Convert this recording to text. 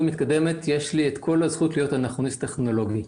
מתקדמת יש לי את כל הזכות להיות אנכרוניסט טכנולוגי.